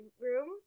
room